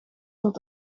tot